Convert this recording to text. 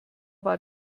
war